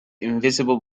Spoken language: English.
invisible